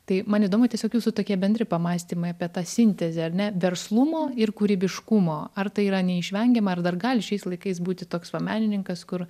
tai man įdomu tiesiog jūsų tokie bendri pamąstymai apie tą sintezę ar ne verslumo ir kūrybiškumo ar tai yra neišvengiama ar dar gali šiais laikais būti toks menininkas kur